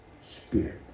spirit